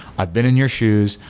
i've been in your shoes.